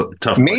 tough